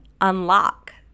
unlock